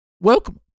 welcome